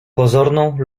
pozorną